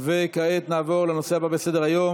וכעת נעבור לנושא הבא בסדר-היום,